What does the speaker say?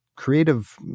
creative